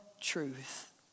truth